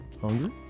hungry